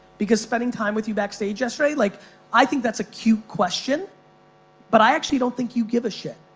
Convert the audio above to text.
because spending time with you back stage yesterday like i think that's a cute question but i actually don't think you give a shit.